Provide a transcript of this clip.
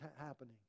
happening